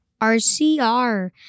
RCR